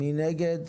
מי נגד?